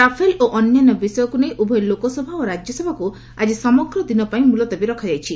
Rafale ଓ ଅନ୍ୟାନ୍ୟ ବିଷୟକ୍ତ ନେଇ ଉଭୟ ଲୋକସଭା ଓ ରାଜ୍ୟସଭାକୁ ଆଜି ସମଗ୍ର ଦିନ ପାଇଁ ମ୍ବଲତବୀ ରଖାଯାଇଛି